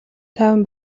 тайван